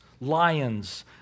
lions